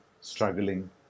struggling